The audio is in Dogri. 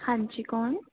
हां जी कौन